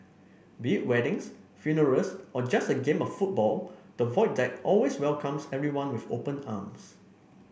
be weddings funerals or just a game of football the Void Deck always welcomes everyone with open arms